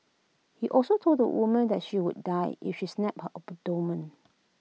he also told the woman that she would die if he stabbed her abdomen